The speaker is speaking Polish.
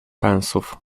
pensów